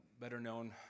better-known